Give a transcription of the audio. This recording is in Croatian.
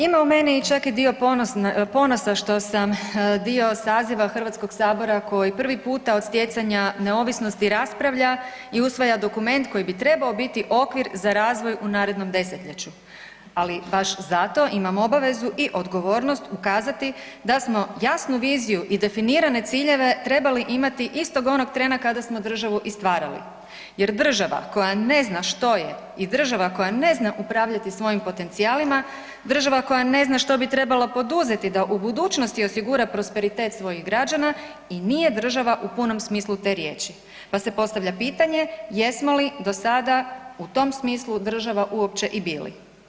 Ima u meni čak i dio ponosa što sam dio saziva HS-a koji prvi puta od stjecanja neovisnosti raspravlja i usvaja dokument koji bi trebao biti okvir za razvoj u narednom desetljeću, ali baš zato imam obavezu i odgovornost ukazati da smo jasnu viziju i definirane ciljeve trebali imati istog onog trena kada smo državu i stvarali jer država koja ne zna što je i država koja ne zna upravljati svojim potencijalima, država koja ne zna što bi trebala poduzeti da u budućnosti osigura prosperitet svojih građana i nije država u punom smislu te riječi, pa se postavlja pitanje, jesmo li do sada u tom smislu država uopće i bili.